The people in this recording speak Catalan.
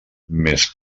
més